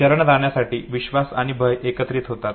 शरण जाण्यासाठी विश्वास आणि भय एकत्र होतात